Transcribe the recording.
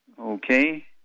Okay